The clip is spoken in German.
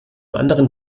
anderen